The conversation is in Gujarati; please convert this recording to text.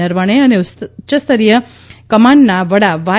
નરવણે અને ઉત્તરીય કમાન્ડના વડા વાય